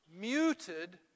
muted